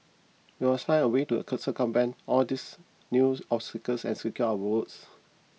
we find a way to circumvent all these new obstacles and secure our votes